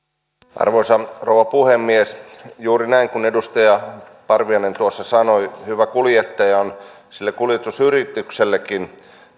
arvoisa rouva puhemies juuri näin kuin edustaja parviainen tuossa sanoi hyvä kuljettaja on sille kuljetusyrityksellekin